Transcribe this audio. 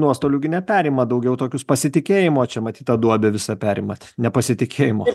nuostolių gi neperima daugiau tokius pasitikėjimo čia matyt tą duobę visą perimat nepasitikėjimo